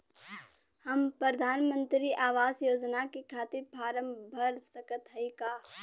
हम प्रधान मंत्री आवास योजना के खातिर फारम भर सकत हयी का?